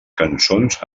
cançons